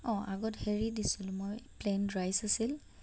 অঁ আগত হেৰি দিছিলোঁ মই প্লেইন ৰাইচ আছিল